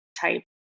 type